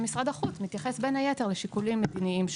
שמשרד החוץ מתייחס בין היתר לשיקולים מדיניים שונים.